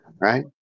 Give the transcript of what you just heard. Right